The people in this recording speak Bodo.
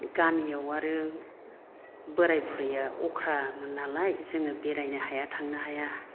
गामियाव आरो बोराय बुरैआ अख्रामोन नालाय जोङो बेरायनो हाया थांनो हाया